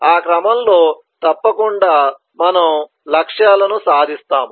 ఆ క్రమంలో తప్పకుండా మనము లక్ష్యాలను సాధిస్తాము